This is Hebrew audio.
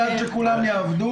את בעד שכולם יעבדו.